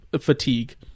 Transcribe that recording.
fatigue